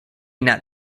not